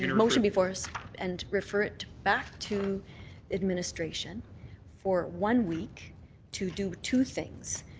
and motion before us and refer it back to administration for one week to do two things,